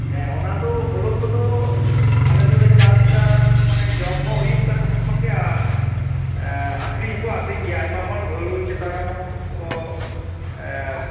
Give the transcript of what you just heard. ᱦᱮᱸ ᱚᱱᱟ ᱫᱚ ᱦᱩᱲᱩ ᱠᱚᱫᱚ ᱟᱞᱮ ᱫᱚᱞᱮ ᱪᱟᱥᱮᱫᱟ ᱢᱟᱱᱮ ᱡᱚᱢ ᱦᱚᱸ ᱦᱩᱭᱩᱜ ᱠᱟᱱᱟ ᱚᱱᱟ ᱠᱷᱚᱱ ᱜᱮ ᱟᱨ ᱟᱹᱠᱷᱟᱨᱤᱧ ᱦᱚᱸ ᱠᱚ ᱟᱠᱷᱟᱨᱤᱧ ᱜᱮᱭᱟ ᱟᱭᱢᱟ ᱦᱚᱲ ᱦᱩᱲᱩ ᱪᱮᱛᱟᱱ ᱨᱮᱦᱚᱸ ᱠᱚ